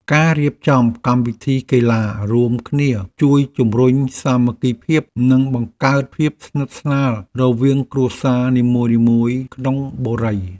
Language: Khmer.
ការរៀបចំកម្មវិធីកីឡារួមគ្នាជួយជម្រុញសាមគ្គីភាពនិងបង្កើតភាពស្និទ្ធស្នាលរវាងគ្រួសារនីមួយៗក្នុងបុរី។